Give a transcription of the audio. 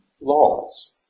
laws